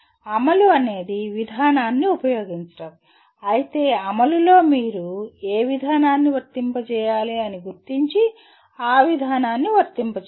అమలు అనేది విధానాన్ని ఉపయోగించడం అయితే అమలులో మీరు ఏ విధానాన్ని వర్తింపజేయాలి అని గుర్తించి ఆ విధానాన్ని వర్తింపజేయాలి